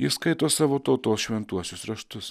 jie skaito savo tautos šventuosius raštus